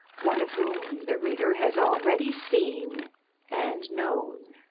one of whom the reader has already seen and known.